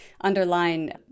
underline